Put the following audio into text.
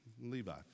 Levi